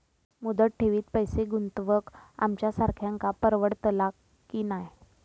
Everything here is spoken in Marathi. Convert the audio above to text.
मुदत ठेवीत पैसे गुंतवक आमच्यासारख्यांका परवडतला की नाय?